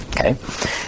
Okay